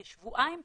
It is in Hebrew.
כשבועיים,